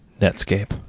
Netscape